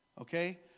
Okay